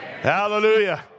hallelujah